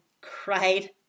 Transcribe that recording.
cried